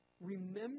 remember